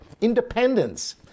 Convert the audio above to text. independence